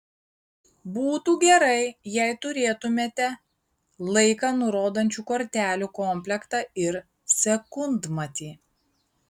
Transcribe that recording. būtų gerai jei turėtumėte laiką nurodančių kortelių komplektą ir sekundmatį